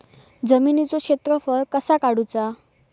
जमिनीचो क्षेत्रफळ कसा काढुचा?